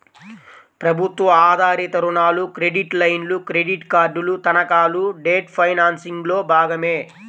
ప్రభుత్వ ఆధారిత రుణాలు, క్రెడిట్ లైన్లు, క్రెడిట్ కార్డులు, తనఖాలు డెట్ ఫైనాన్సింగ్లో భాగమే